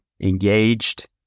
engaged